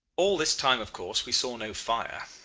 all this time of course we saw no fire.